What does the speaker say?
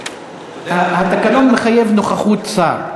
התקנון מחייב נוכחות שר.